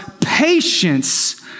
patience